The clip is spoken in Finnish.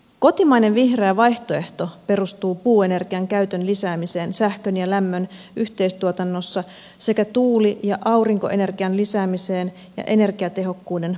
kotimainen vihreä vaihtoehto perustuu puuenergian käytön lisäämiseen sähkön ja lämmön yhteistuotannossa sekä tuuli ja aurinkoenergian lisäämiseen ja energiatehokkuuden parantamiseen